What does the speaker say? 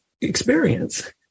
experience